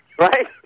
Right